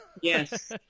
Yes